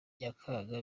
nyakanga